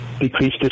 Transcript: decreased